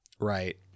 Right